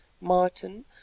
Martin